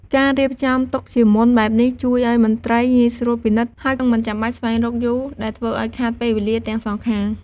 ការរៀបចំទុកជាមុនបែបនេះជួយឱ្យមន្ត្រីងាយស្រួលពិនិត្យ ហើយមិនចាំបាច់ស្វែងរកយូរដែលធ្វើឱ្យខាតពេលវេលាទាំងសងខាង។